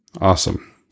Awesome